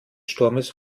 sturmes